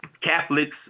Catholics